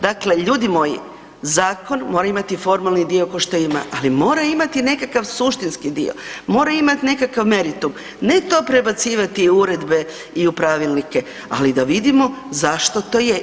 Dakle, ljudi moji, zakon mora imati formalni dio kao što ima, ali mora imati i nekakav suštinski dio, mora imati nekakav meritum, ne to prebacivati u uredbe i u pravilnike, ali da vidimo zašto to je.